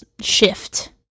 shift